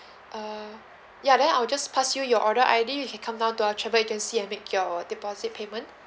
uh ya then I'll just pass you your order I_D you can come down to our travel agency and make your deposit payment